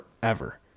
forever